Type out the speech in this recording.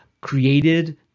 created